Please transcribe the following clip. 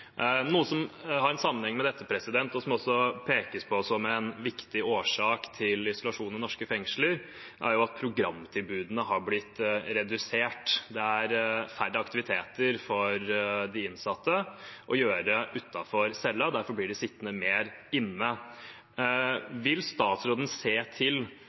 Noe som har en sammenheng med dette, og som også pekes på som en viktig årsak til isolasjon i norske fengsler, er at programtilbudene har blitt redusert. Det er færre aktiviteter for de innsatte utenfor cella, derfor blir de sittende mer inne. Vil statsråden se til